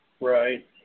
Right